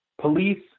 Police